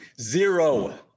Zero